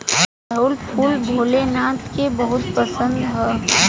अढ़ऊल फूल भोले नाथ के बहुत पसंद ह